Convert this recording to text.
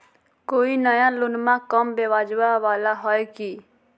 कोइ नया लोनमा कम ब्याजवा वाला हय की?